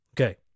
Okay